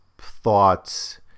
thoughts